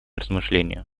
размышлению